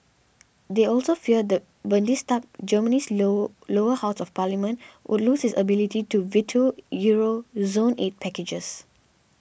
they also fear the Bundestag Germany's low lower house of parliament would loses ability to veto Euro zone aid packages